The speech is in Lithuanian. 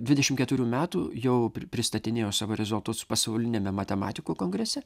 dvidešimt keturių jau pristatinėjo savo rezultatus pasauliniame matematikų kongrese